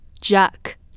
Jack